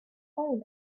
own